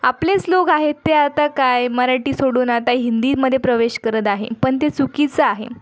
आपलेच लोक आहेत ते आता काही मराठी सोडून आता हिंदीमध्ये प्रवेश करत आहे पण ते चुकीचं आहे